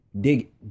dig